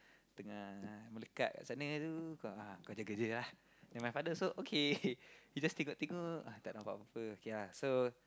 tengah melakat kat sana tu kau jaga-jaga ah then my father also okay he just tengok-tengok tak nampak apa-apa okay lah so